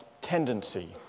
tendency